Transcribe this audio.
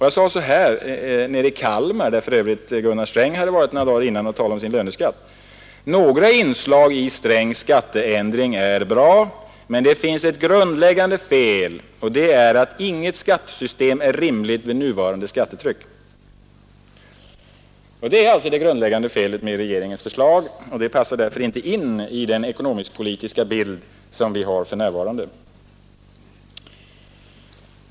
Jag sade så här nere i Kalmar, där för övrigt Gunnar Sträng hade varit några dagar tidigare och talat om sin löneskatt: ”Några inslag i Strängs skatteändring är bra, men det finns ett grundläggande fel, och det är att inget skattesystem är rimligt vid nuvarande skattetryck.” Detta är det grundläggande felet med regeringens förslag och det passar alltså inte in i den ekonomisk-politiska bild som vi har för närvarande.